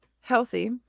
healthy